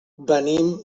venim